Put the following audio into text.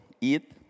eat